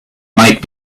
might